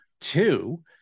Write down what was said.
Two